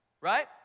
right